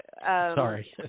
Sorry